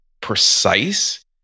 precise